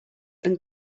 and